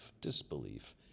disbelief